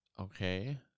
Okay